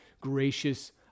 gracious